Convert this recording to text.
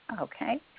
Okay